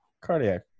cardiac